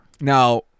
Now